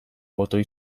botoi